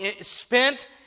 spent